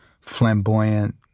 flamboyant